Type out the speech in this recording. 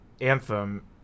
Anthem